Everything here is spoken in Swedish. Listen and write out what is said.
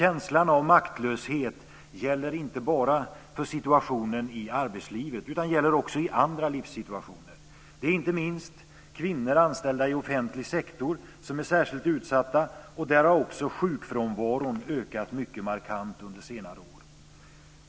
Känslan av maktlöshet gäller inte bara för situationen i arbetslivet, utan den gäller också i andra livssituationer. Det är inte minst kvinnor anställda i offentlig sektor som är särskilt utsatta. Där har också sjukfrånvaron ökat mycket markant under senare år.